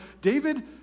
David